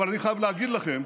אבל אני חייב להגיד לכם,